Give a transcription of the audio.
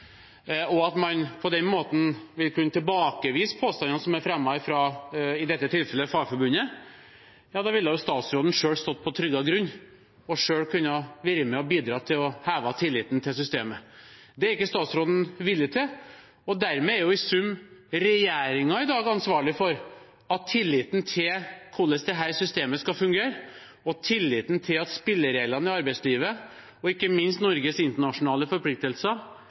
og at man på den måten kunne tilbakevise påstandene som er fremmet, i dette tilfellet fra Fagforbundet, ville statsråden selv stått på tryggere grunn og kunne vært med og bidra til å heve tilliten til systemet. Det er ikke statsråden villig til, og dermed er i sum regjeringen i dag ansvarlig for at tilliten til hvordan dette systemet skal fungere, og tilliten til at spillereglene i arbeidslivet, og ikke minst at Norges internasjonale forpliktelser